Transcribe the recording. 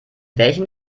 welchen